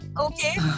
okay